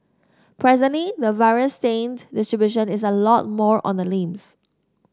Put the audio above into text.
presently the virus strain distribution is a lot more on the limbs